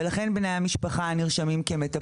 ולכן בני שמפחה נרשמים כמטפלים.